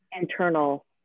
internal